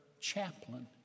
chaplain